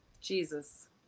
Jesus